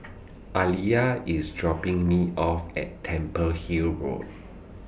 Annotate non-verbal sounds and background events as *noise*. *noise* Aliyah IS dropping Me off At Temple Hill Road